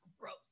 gross